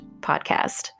podcast